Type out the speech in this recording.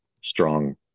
strong